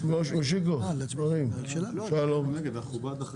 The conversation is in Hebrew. הצבעה בעד,